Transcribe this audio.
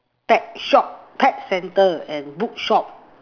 pet shop pet center and bookshop